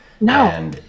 No